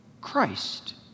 Christ